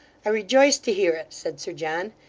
i rejoice to hear it said sir john.